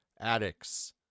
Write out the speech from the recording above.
addicts